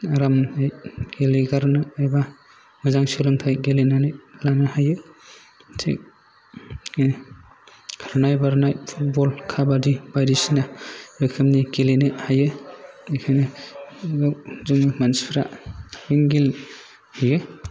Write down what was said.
आरामै गेलेगारनो एबा मोजां सोलोंथाय गेलेनानै लानो हायो थिग बेनो खारनाय बारनाय फुटबल काबादि बायदिसिना रोखोमनि गेलेनो हायो बिदिनो एबा जोङो मानसिफोरा गेले हैयो